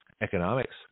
economics